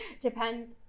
Depends